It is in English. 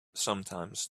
sometimes